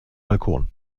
balkon